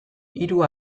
hiru